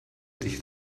dich